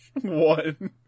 one